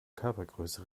körpergröße